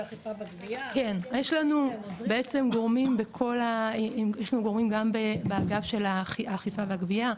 יש לנו בעצם גורמים גם באגף של האכיפה והגבייה,